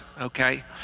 okay